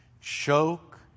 choke